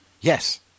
Yes